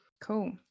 cool